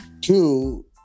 Two